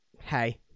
hey